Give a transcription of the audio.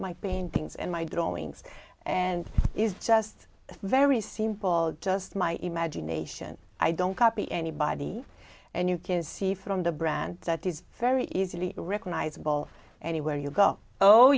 my paintings and my drawings and is just a very simple just my imagination i don't copy anybody and you can see from the brand that is very easily recognizable anywhere you go oh